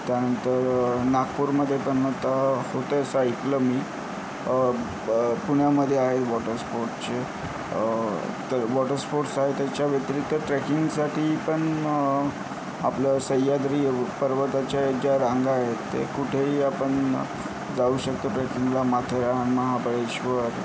त्यानंतर नागपूरमध्ये पण आता होतं आहे असं ऐकलं मी प पुण्यामध्ये आहे वॉटर स्पोर्ट्सचे तर वॉटर स्पोर्ट्स आहे त्याच्या व्यतिरिक्त ट्रेकिंगसाठी पण आपलं सह्याद्री पर्वताच्या ज्या रांगा आहेत ते कुठेही आपण जाऊ शकतो ट्रेकिंगला माथेरान महाबळेश्वर